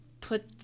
put